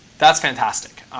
that's fantastic.